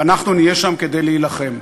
ואנחנו נהיה שם כדי להילחם.